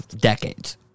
decades